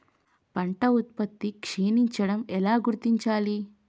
పంట ఉత్పత్తి క్షీణించడం ఎలా గుర్తించాలి?